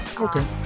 okay